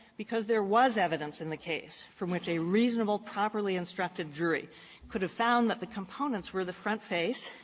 because there was evidence in the case from which a reasonable, properly instructed jury could have found that the components were the front face,